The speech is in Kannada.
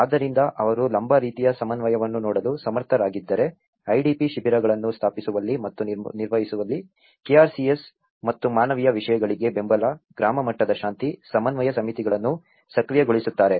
ಆದ್ದರಿಂದ ಅವರು ಲಂಬ ರೀತಿಯ ಸಮನ್ವಯವನ್ನು ನೋಡಲು ಸಮರ್ಥರಾಗಿದ್ದಾರೆ IDP ಶಿಬಿರಗಳನ್ನು ಸ್ಥಾಪಿಸುವಲ್ಲಿ ಮತ್ತು ನಿರ್ವಹಿಸುವಲ್ಲಿ KRCS ಮತ್ತು ಮಾನವೀಯ ವಿಷಯಗಳಿಗೆ ಬೆಂಬಲ ಗ್ರಾಮ ಮಟ್ಟದ ಶಾಂತಿ ಸಮನ್ವಯ ಸಮಿತಿಗಳನ್ನು ಸಕ್ರಿಯಗೊಳಿಸುತ್ತಾರೆ